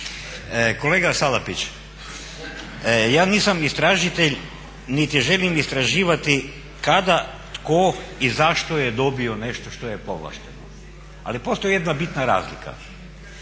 Kolega Salapić, ja nisam istražitelj niti želim istraživati kada, tko i zašto je dobio nešto što je povlašteno. Ali postoji jedna bitna razlika,